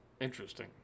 Interesting